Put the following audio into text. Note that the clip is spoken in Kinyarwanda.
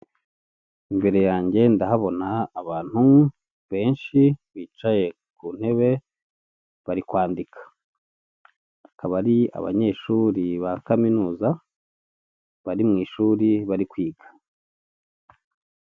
Imbere yanjye ndahabona abantu benshi bicaye ku ntebe bari kwandika, akaba ari abanyeshuri ba kaminuza bari mu ishuri bari kwiga.